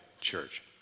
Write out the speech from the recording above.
church